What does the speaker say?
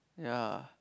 ya